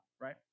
right